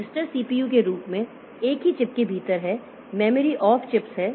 register CPU के रूप में एक ही चिप के भीतर हैं मेमोरी ऑफ चिप्स है